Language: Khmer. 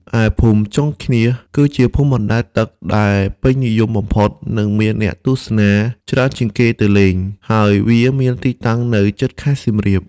ឯភូមិចុងឃ្នៀស គឺជាភូមិបណ្តែតទឹកដែលពេញនិយមបំផុត និងមានអ្នកទស្សនាច្រើនជាងគេទៅលេង ហើយវាមានទីតាំងនៅជិតខេត្តសៀមរាប។